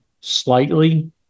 slightly